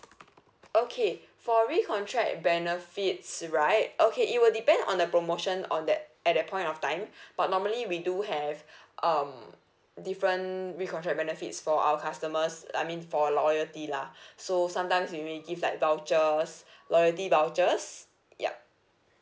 okay for recontract benefits right okay it will depend on the promotion on that at that point of time but normally we do have um different recontract benefits for our customers I mean for loyalty lah so sometimes we will give like vouchers loyalty vouchers yup